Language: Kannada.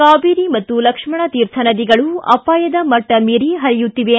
ಕಾವೇರಿ ಮತ್ತು ಲಕ್ಷಣತೀರ್ಥ ನದಿಗಳು ಅಪಾಯದ ಮಟ್ಟ ಮೀರಿ ಹರಿಯುತ್ತಿವೆ